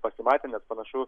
pasimatė nes panašu